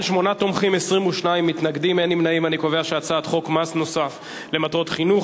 להסיר מסדר-היום את הצעת חוק מס נוסף למטרות חינוך,